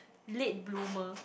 late bloomer